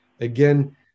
again